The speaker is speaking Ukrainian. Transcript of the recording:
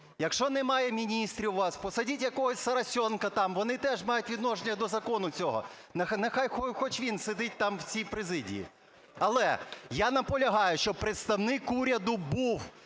Якщо немає міністрів у вас, посадіть якогось "соросенка" там, вони теж мають відношення до закону цього, нехай хоч він сидить там в цій президії. Але я наполягаю, що представник уряду був,